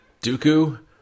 Dooku